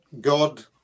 God